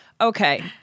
Okay